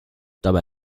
dabei